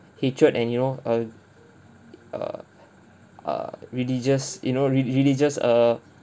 hatred and you know uh uh err religious you know re~ religious err